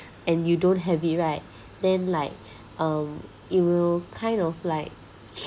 and you don't have it right then like um it will kind of like